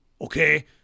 Okay